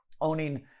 owning